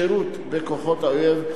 שירות בכוחות האויב,